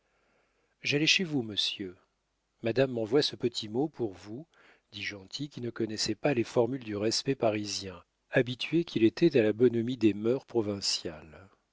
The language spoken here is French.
j'allais chez vous monsieur madame m'envoie ce petit mot pour vous dit gentil qui ne connaissait pas les formules du respect parisien habitué qu'il était à la bonhomie des mœurs provinciales